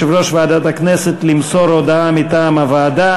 נושאי המשרה ובעלי תפקיד אחרים בשירות הציבורי,